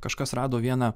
kažkas rado vieną